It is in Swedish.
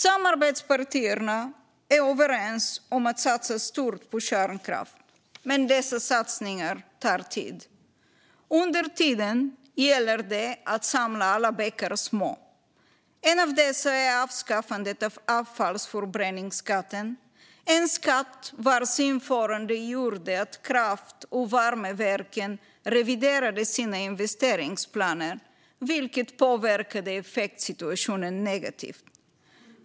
Samarbetspartierna är överens om att satsa stort på kärnkraft, men dessa satsningar tar tid. Under tiden gäller det att samla alla bäckar små. En av dessa är avskaffandet av avfallsförbränningsskatten. Det är en skatt vars införande gjorde att kraft och värmeverken reviderade sina investeringsplaner, vilket har påverkat effektsituationen negativt.